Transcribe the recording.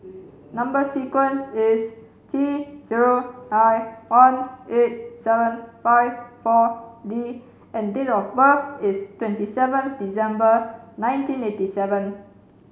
number sequence is T zero nine one eight seven five four D and date of birth is twenty seventh December nineteen eighty seven